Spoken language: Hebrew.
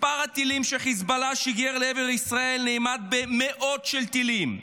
מספר הטילים שחיזבאללה שיגר לעבר ישראל נאמד במאות טילים.